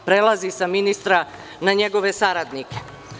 Prelazi sa ministra na njegove saradnike.